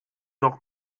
doch